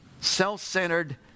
self-centered